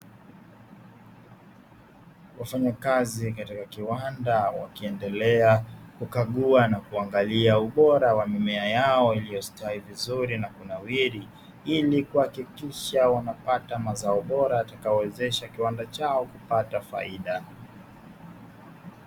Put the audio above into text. Wafanyakazi katika kiwanda, wakiendelea kukagua na kuangalia ubora wa mimea yao, iliyostawi vizuri na kunawiri, ili kuhakikisha wanapata mazao bora yatakayowezesha kiwanda chao kupata faida.